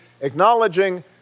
acknowledging